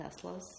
Teslas